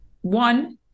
one